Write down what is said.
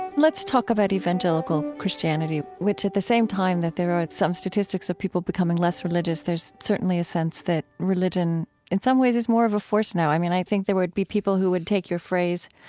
let's talk about evangelical christianity, which at the same time that there are some statistics of people becoming less religious, there's certainly a sense that religion in some ways is more of a force now. i mean, i think there would be people who would take your phrase,